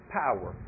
power